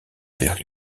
vers